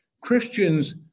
Christians